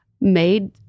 made